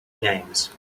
names